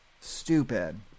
stupid